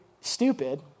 stupid